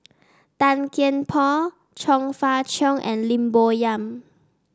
Tan Kian Por Chong Fah Cheong and Lim Bo Yam